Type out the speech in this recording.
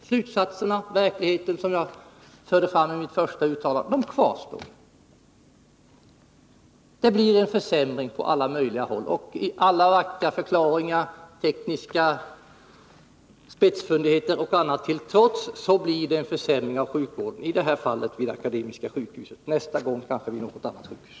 Slutsatserna som jag framförde i mitt första anförande kvarstår. Det blir en försämring på alla möjliga håll. Alla vackra förklaringar och tekniska spetsfundigheter till trots blir det en försämring av sjukvården —-i det Nr 20 här fallet vid Akademiska sjukhuset, nästa gång kanske vid ett annat Fredagen den